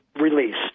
released